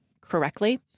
correctly